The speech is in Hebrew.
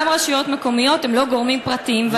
גם רשויות מקומיות הן לא גורמים פרטיים,